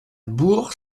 bourg